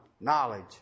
knowledge